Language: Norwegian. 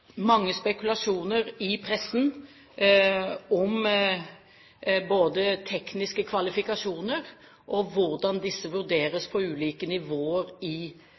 mange spekulasjoner i pressen om både tekniske kvalifikasjoner og hvordan disse vurderes på ulike nivåer i